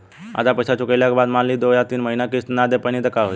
आधा पईसा चुकइला के बाद मान ली दो या तीन महिना किश्त ना दे पैनी त का होई?